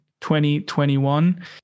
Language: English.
2021